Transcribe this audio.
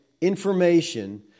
information